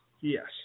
Yes